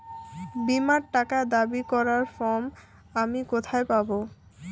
বীমার টাকা দাবি করার ফর্ম আমি কোথায় পাব?